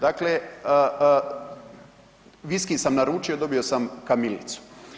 Dakle, viski sam naručio dobio sam kamilicu.